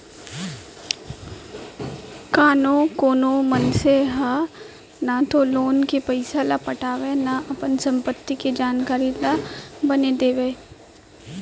कानो कोनो मनसे ह न तो लोन के पइसा ल पटावय न अपन संपत्ति के जानकारी ल बने देवय